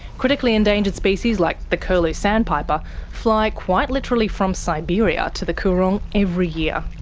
critically endangered species like the curlew sandpiper fly quite literally from siberia to the coorong every year.